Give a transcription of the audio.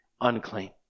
unclean